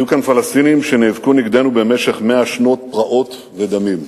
היו כאן פלסטינים שנאבקו נגדנו במשך 100 שנות פרעות ודמים.